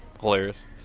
hilarious